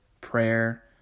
prayer